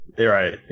Right